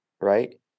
right